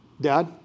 Dad